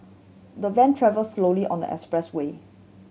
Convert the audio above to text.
the van travelled slowly on the expressway